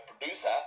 producer